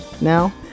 now